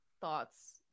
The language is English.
thoughts